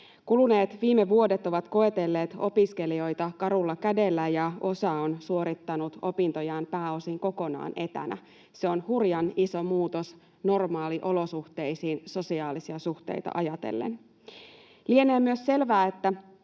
Kuluneet viime vuodet ovat koetelleet opiskelijoita karulla kädellä, ja osa on suorittanut opintojaan pääosin kokonaan etänä. Se on hurjan iso muutos normaaliolosuhteisiin sosiaalisia suhteita ajatellen. Lienee myös selvää, että